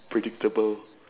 predictable